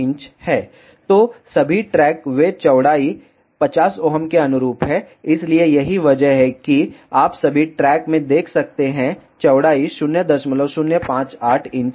तो सभी ट्रैक वे चौड़ाई 50 Ω के अनुरूप है इसलिए यही वजह है कि आप सभी ट्रैक में देख सकते हैं चौड़ाई 0058 इंच है